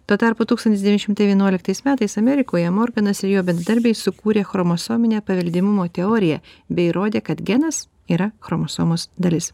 tuo tarpu tūkstantis devyni šimtai vienuoliktais metais amerikoje morganas ir jo bendradarbiai sukūrė chromosominę paveldimumo teoriją bei įrodė kad genas yra chromosomos dalis